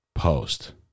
Post